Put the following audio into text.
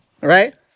right